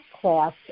class